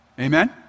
Amen